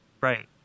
Right